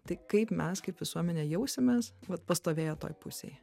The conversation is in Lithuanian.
tai kaip mes kaip visuomenė jausimės vat pastovėję toj pusėj